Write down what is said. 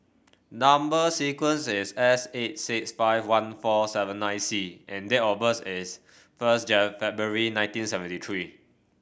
number sequence is S eight six five one four seven nine C and date of birth is first February nineteen seventy three